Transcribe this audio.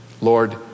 Lord